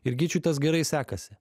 ir gyčiui tas gerai sekasi